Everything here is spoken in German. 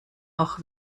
auch